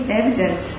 evident